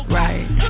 right